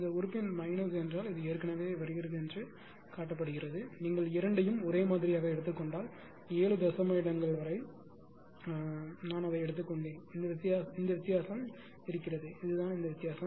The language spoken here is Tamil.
இந்த உறுப்புயின் மைனஸ் என்றால் இது ஏற்கனவே வருகிறது என்று காட்டப்படுகிறது நீங்கள் இரண்டையும் ஒரே மாதிரியாக எடுத்துக் கொண்டால் 7 தசம இடங்கள் வரை ஆனால் நான் அதை எடுத்துக்கொண்டேன் இந்த வித்தியாசம் இருக்கிறது இதுதான் இந்த வித்தியாசம்